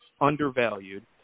undervalued